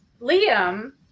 liam